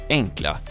enkla